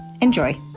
Enjoy